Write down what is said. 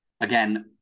again